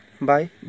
Bye